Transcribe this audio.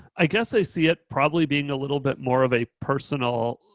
i guess i see it probably being a little bit more of a personal,